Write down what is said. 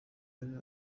yari